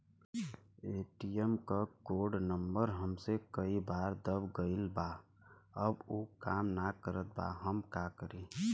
ATM क code number हमसे कई बार दब गईल बा अब उ काम ना करत बा हम का करी?